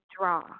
draw